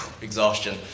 exhaustion